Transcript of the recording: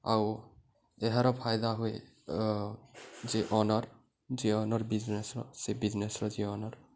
ଆଉ ଏହାର ଫାଇଦା ହୁଏ ଯେ ଓନର୍ ଯି ଓନର୍ ବିଜନେସର ସେ ବିଜନେସର ଯିଏ ଓନର୍